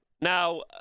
now